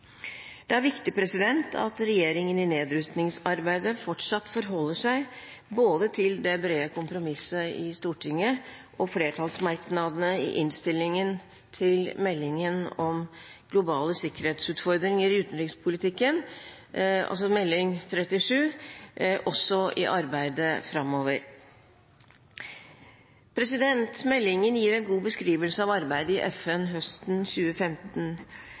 Det et viktig at regjeringen i nedrustningsarbeidet fortsatt forholder seg til både det brede kompromisset i Stortinget og til flertallsmerknadene i Innst. 199 S for 2016–2016 som gjelder meldingen om globale sikkerhetsutfordringer i utenrikspolitikken, Meld. St. 37 for 2014–2015, også i arbeidet framover. Meldingen gir en god beskrivelse av arbeidet i FN høsten 2015.